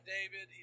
David